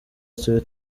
twitter